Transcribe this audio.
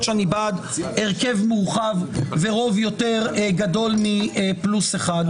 שאני בעד הרכב מורחב ורוב יותר גדול מפלוס אחד.